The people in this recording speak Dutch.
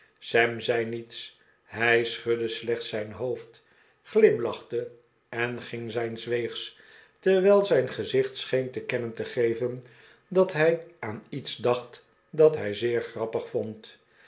sam zei niets hij schudde slechts zijn hoofd glimlachte en ging zijns weegs terwijl zijn gezicht scheen te ken nen te geven dat hij aan iets dacht dat hij zeer grappig vond